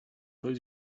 close